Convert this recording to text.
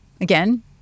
again